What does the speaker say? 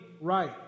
right